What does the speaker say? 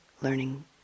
learning